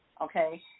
okay